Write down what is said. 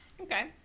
Okay